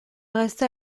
resta